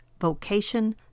vocation